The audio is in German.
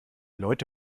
leute